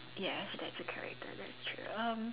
yes that's the character that's true um